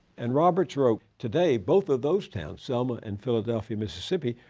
and roberts wrote, today, both of those towns, selma and philadelphia, mississippi,